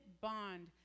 bond